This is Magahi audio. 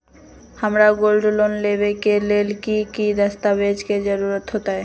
हमरा गोल्ड लोन लेबे के लेल कि कि दस्ताबेज के जरूरत होयेत?